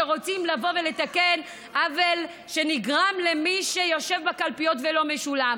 כשרוצים לבוא ולתקן עוול שנגרם למי שיושב בקלפיות ולא משולם לו.